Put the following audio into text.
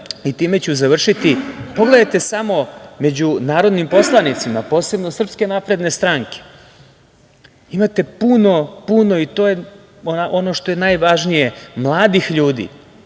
i time ću završiti. Pogledajte samo među narodnim poslanicima, posebno SNS, imate puno, puno, i to je ono što je najvažnije, mladih ljudi